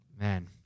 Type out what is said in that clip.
man